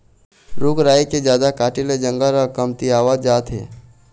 रूख राई के जादा काटे ले जंगल ह कमतियावत जात हे